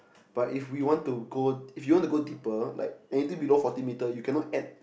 but if we want to go if you want to go deeper like anything below forty meter you cannot add